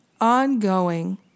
Ongoing